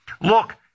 look